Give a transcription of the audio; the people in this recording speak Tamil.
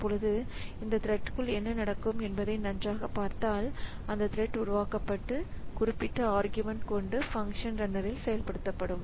இப்பொழுது அந்த த்ரெட்குள் என்ன நடக்கும் என்பதை நன்றாக பார்த்தால் இந்த த்ரட் உருவாக்கப்பட்டு குறிப்பிட்ட ஆர்க்யூமென்ட் கொண்டு பங்க்ஷன் ரன்னரில் செயல்படுத்தப்படும்